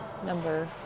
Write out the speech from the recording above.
number